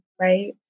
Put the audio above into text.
right